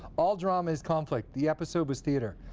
all drama is conflict, the episode was theater.